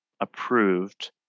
approved